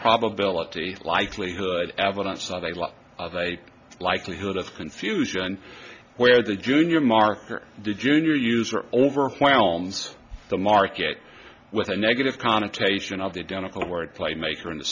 probability likelihood evidence of a lot of a likelihood of confusion where the junior marker the junior user overwhelms the market with a negative connotation of the identical word play maker in the